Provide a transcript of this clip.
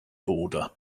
border